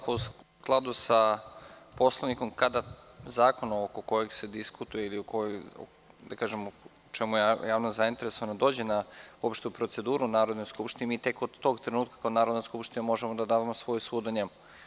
U skladu sa Poslovnikom, kada zakon oko kojeg se diskutuje ili o čemu je javnost zainteresovana dođe na opštu proceduru u Narodnu skupštinu, mi tek od tog trenutka, mi kao Narodna skupština može da damo svoj sud o njemu.